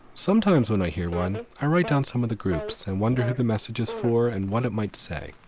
sometimes when i hear one, i write down some of the groups and wonder who the message is for and what it might say,